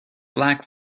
black